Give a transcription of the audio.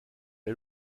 est